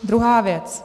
Druhá věc.